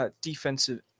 defensive